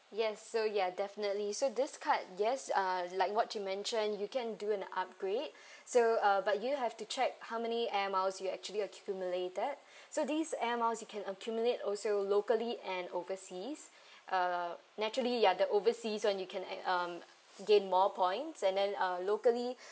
yes so ya definitely so this card yes uh like what you mentioned you can do an upgrade so uh but you have to check how many air miles you actually accumulated so these air miles you can accumulate also locally and overseas uh naturally ya the overseas [one] you can add um gain more points and then uh locally